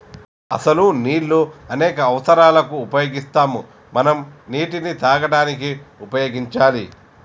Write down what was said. అసలు నీళ్ళు అనేక అవసరాలకు ఉపయోగిస్తాము మనం నీటిని తాగడానికి ఉపయోగించాలి